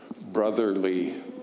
brotherly